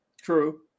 True